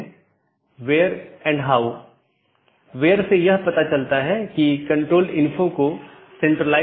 इन विशेषताओं को अनदेखा किया जा सकता है और पारित नहीं किया जा सकता है